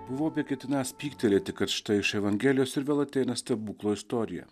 buvau beketinąs pyktelėti kad štai iš evangelijos ir vėl ateina stebuklo istorija